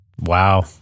Wow